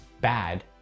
bad